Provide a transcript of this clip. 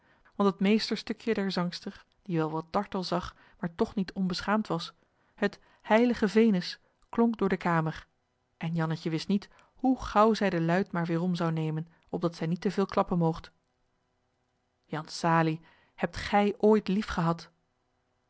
want het meesterstukje der zangster die wel wat dartel zag maar toch niet onbeschaamd was het h e i l i g e ve n u s klonk door de kamer en jannetje wist niet hoe gaauw zij de luit maar weêrom zou nemen opdat zij niet te veel klappen mogt jan salie hebt gij ooit lief gehad